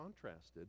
contrasted